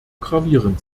gravierend